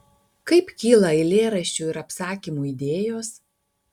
kaip kyla eilėraščių ir apsakymų idėjos